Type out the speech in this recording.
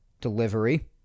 delivery